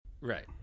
right